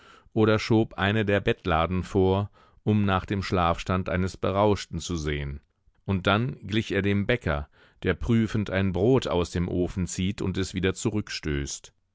oder schob eine der bettladen vor um nach dem schlafstand eines berauschten zu sehen und dann glich er dem bäcker der prüfend ein brot aus dem ofen zieht und es wieder